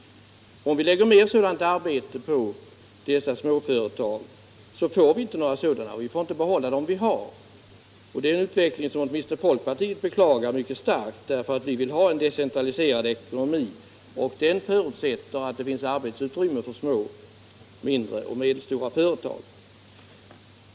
Om vi lägger sådant arbete på dessa småföretag, får vi inte några nya sådana företag, och vi får inte heller behålla dem som vi har. Det är en utveckling som åtminstone folkpartiet beklagar starkt, eftersom vi vill ha en decentraliserad ekonomi, något som förutsätter att det finns arbetsutrymme för små och medelstora företag.